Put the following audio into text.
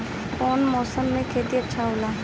कौन मौसम मे खेती अच्छा होला?